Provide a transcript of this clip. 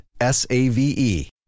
S-A-V-E